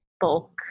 bulk